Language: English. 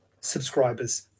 subscribers